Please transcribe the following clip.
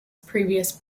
previous